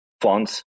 funds